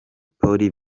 polly